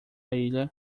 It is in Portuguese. ilha